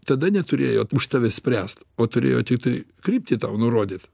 tada neturėjot už tave spręst o turėjo tiktai kryptį tau nurodyt